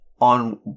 on